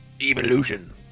Evolution